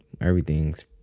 everything's